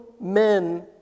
men